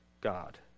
God